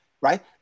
right